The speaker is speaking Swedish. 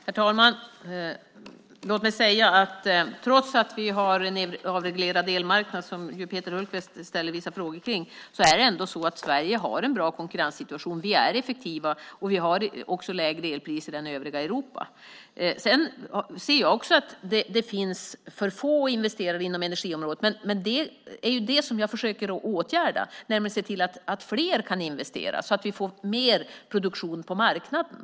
Herr talman! Trots att vi har en avreglerad elmarknad, som Peter Hultqvist ställer vissa frågor om, så har Sverige en bra konkurrenssituation. Vi är effektiva, och vi har lägre elpriser än övriga Europa. Jag ser också att det finns för få investerare inom energiområdet. Men det är det som jag försöker att åtgärda, nämligen att se till att fler kan investera så att vi får mer produktion på marknaden.